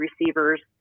receivers